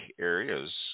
areas